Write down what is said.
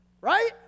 Right